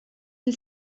hil